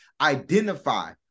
identify